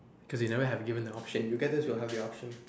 cause they never have given the option you get this will have the option